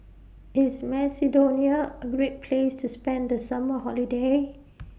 IS Macedonia A Great Place to spend The Summer Holiday